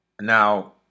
Now